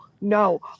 no